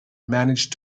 managed